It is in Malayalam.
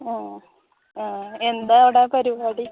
ആ ആ ആ എന്താണ് അവിടെ പരിപാടി